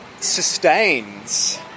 sustains